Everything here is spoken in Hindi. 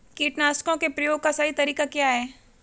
कीटनाशकों के प्रयोग का सही तरीका क्या है?